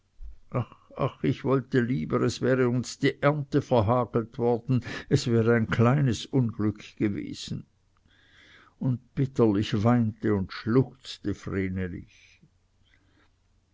ich wollte lieber es wäre uns die ernte verhagelt worden es wäre ein kleines unglück gewesen und bitterlich weinte und schluchzte